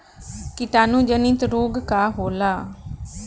कीटाणु जनित रोग का होला?